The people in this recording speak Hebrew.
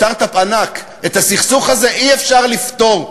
סטרט-אפ ענק: את הסכסוך הזה אי-אפשר לפתור,